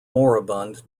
moribund